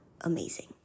amazing